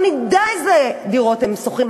לא נדע איזה דירות הם שוכרים.